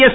S